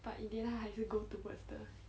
but in the end 她还是 go towards the